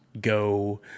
go